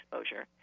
exposure